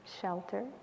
shelter